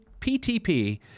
PTP